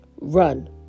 run